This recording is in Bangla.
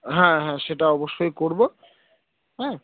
হ্যাঁ হ্যাঁ সেটা অবশ্যই করবো হ্যাঁ